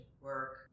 work